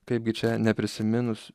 kaipgi čia neprisiminus